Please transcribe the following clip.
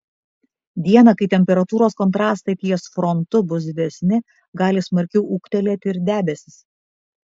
dieną kai temperatūros kontrastai ties frontu bus didesni gali smarkiau ūgtelėti ir debesys